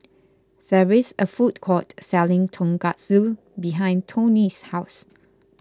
there is a food court selling Tonkatsu behind Tony's house